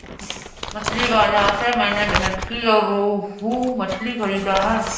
मछली बाजार से मैंने भेंटकी और रोहू मछली खरीदा है